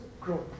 growth